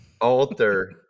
alter